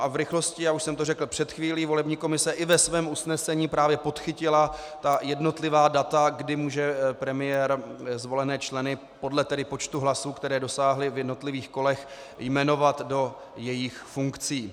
V rychlosti, já už jsem to řekl před chvílí, volební komise i ve svém usnesení právě podchytila jednotlivá data, kdy může premiér zvolené členy podle počtu hlasů, které dosáhli v jednotlivých kolech, jmenovat do jejich funkcí.